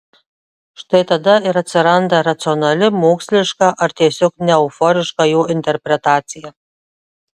štai tada ir atsiranda racionali moksliška ar tiesiog neeuforiška jo interpretacija